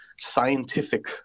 scientific